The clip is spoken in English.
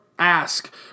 ask